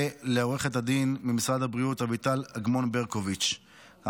ולעורכת הדין ממשרד הבריאות אביטל ברקוביץ' אגמון.